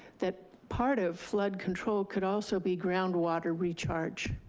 that part of flood control could also be groundwater recharge.